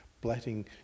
blatting